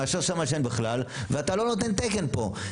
מאשר שמה שאין בכלל ואתה לא נותן תקן פה,